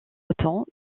othon